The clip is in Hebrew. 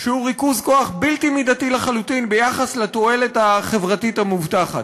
הוא ריכוז כוח בלתי מידתי לחלוטין ביחס לתועלת החברתית המובטחת.